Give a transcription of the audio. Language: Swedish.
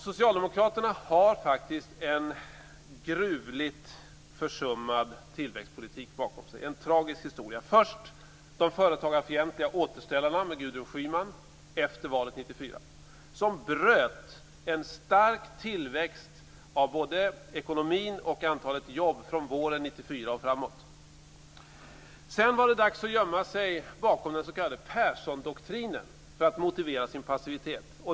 Socialdemokraterna har en gruvligt försummad tillväxtpolitik bakom sig - en tragisk historia. Först var det de företagarfientliga återställarna med Gudrun Schyman efter valet 1994, som bröt en stark tillväxt av både ekonomin och antalet jobb från våren 1994 och framåt. Sedan var det dags att gömma sig bakom den s.k. Perssondoktrinen för att motivera sin passivitet.